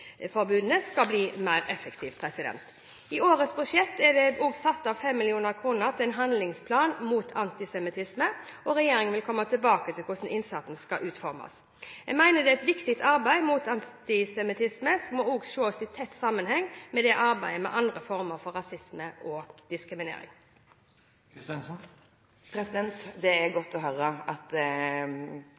skal bli mer effektive. I årets budsjett er det satt av 5 mill. kr til en handlingsplan mot antisemittisme. Regjeringen vil komme tilbake til hvordan innsatsen skal utformes. Jeg mener det er viktig at arbeidet mot antisemittisme ses i tett sammenheng med arbeidet mot andre former for rasisme og diskriminering. Det er godt å høre at